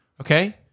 Okay